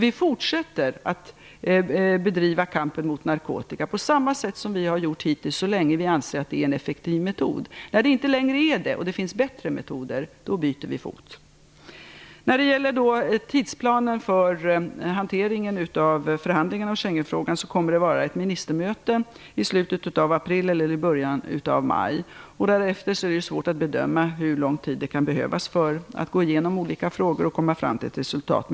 Vi fortsätter att bedriva kampen mot narkotika på samma sätt som vi gjort hittills, så länge vi anser att det är en effektiv metod. När den inte längre är det och det finns bättre metoder, byter vi fot. Beträffande tidsplanen för hanteringen av förhandlingarna i Schengenfrågan kan jag säga att det kommer att vara ett ministermöte i slutet av april eller i början av maj. Det är svårt att bedöma hur lång tid det kan behövas för att gå igenom olika frågor och komma fram till ett resultat.